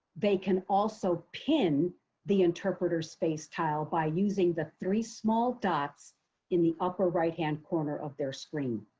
they can also pin the interpreter s face tile by using the three small dots in the upper right-hand corner of their screen.